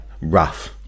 Rough